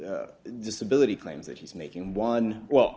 two disability claims that he's making one well